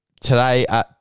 Today